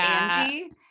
Angie